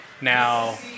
Now